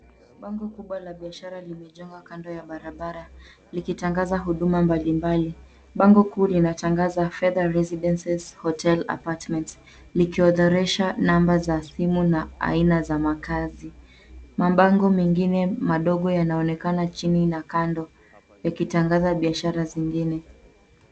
Bango kubwa la biashara limejengwa kando ya barabara likitangaza huduma mbalimbali. Bango kuu linatangaza Fedha Residences Hotel Apartment, likiorodesha namba za simu na aina za makaazi. Mabango mengine madogo yanaonekana chini na kando yakitangaza biashara zingine.